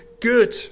good